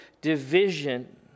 division